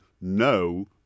no